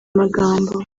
magambo